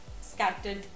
scattered